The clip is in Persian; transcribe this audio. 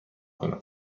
کنم